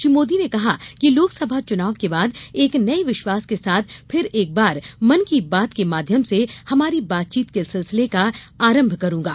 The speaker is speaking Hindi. श्री मोदी ने कहा कि लोक सभा चुनाव के बाद एक नए विश्वास के साथ फिर एक बार मन की बात के माध्यम से हमारी बातचीत के सिलसिले का आरम्भ करूंगा